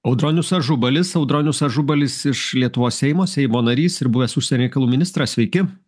audronius ažubalis audronius ažubalis iš lietuvos seimo seimo narys ir buvęs užsienio reikalų ministras sveiki